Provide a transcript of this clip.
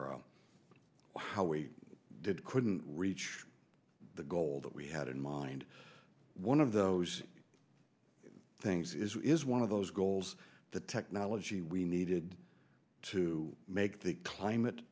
how we did couldn't reach the goal that we had in mind one of those things is one of those goals the technology we needed to make the climate